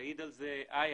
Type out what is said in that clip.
תעיד על זה איה,